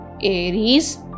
Aries